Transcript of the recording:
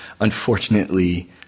unfortunately